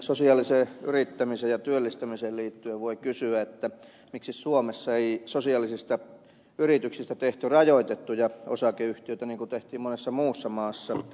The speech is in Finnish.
sosiaaliseen yrittämiseen ja työllistämiseen liittyen voi kysyä miksi suomessa ei sosiaalisista yrityksistä tehty rajoitettuja osakeyhtiöitä niin kuin tehtiin monessa muussa maassa